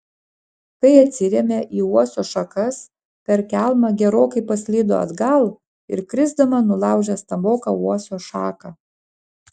kai atsirėmė į uosio šakas per kelmą gerokai paslydo atgal ir krisdama nulaužė stamboką uosio šaką